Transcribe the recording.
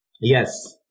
Yes